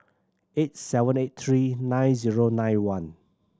eight seven eight three nine zero nine one